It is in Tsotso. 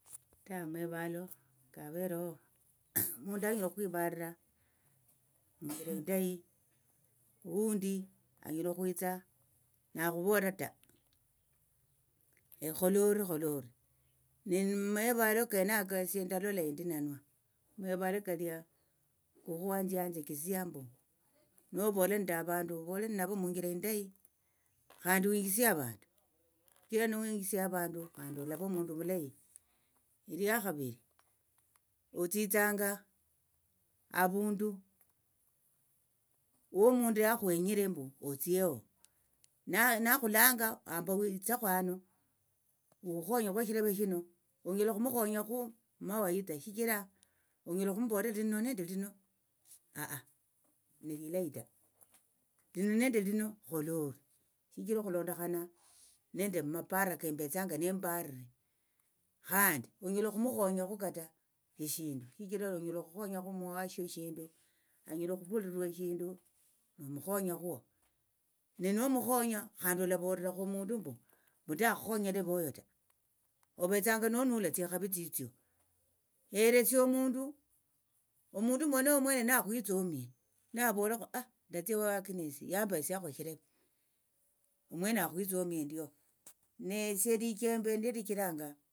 Ta amevalo kavereho omundu anyala okwivalira munjira indayi hundi anyala okhwitsa nakhuvoliratsa kholori kholori nimumevalo kenaka esie ndalola endi nanwa mevalo kalia kukhu wanje yanjethesia mbu novola nende avandu ovole navo munjira indayi khandi winjisie avandu shichira niwinjisia avandu khandi olava omundu omulayi elia khaviri otsitsanga havundu wo mundu akhwenyire mbu otsie nakhulanga hamba wetsekho hano hukhonyekho eshileve shino onyala okhumukhonyakhu mawaitha shichira onyala okhumbolera lino nende lino ah nelilayi ta lino nende lino kholo ori shichira okhulondokhana nende mum mumaparo kembetsanga nembare khandi onyala okhumukhonyakho kata eshindu shichira onyala okhukhonyakho muwashio eshindu anyala okhuvolera eshindu nomukhonyakho nenomukhonyakho khandi olavolirakhu mundu mbu ndakhonya leveyo ta ovetsanga nonula tsikhavi tsitsio heresia omundu omundu mwenoyo omwene nakhwitsomie navolekho ndatsia wa agnesi yambesiakhu ehileve omwene akhwitsomie endio. Nesie lichembe nilio lichiranga.